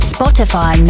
Spotify